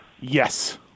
Yes